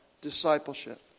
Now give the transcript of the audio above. discipleship